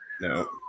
No